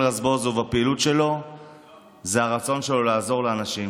רזבוזוב והפעילות שלו זה הרצון שלו לעזור לאנשים.